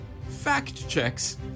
fact-checks